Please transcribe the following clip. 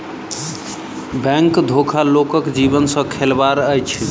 bank धोखा लोकक जीवन सॅ खेलबाड़ अछि